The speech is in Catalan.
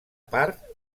part